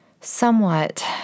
somewhat